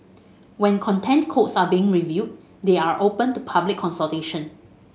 when Content Codes are being reviewed they are open to public consultation